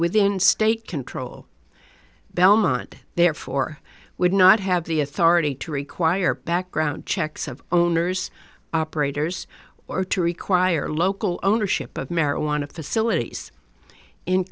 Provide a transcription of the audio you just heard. within state control belmont therefore would not have the authority to require background checks of owners operators or to require local ownership of marijuana facilities in